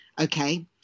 okay